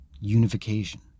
Unification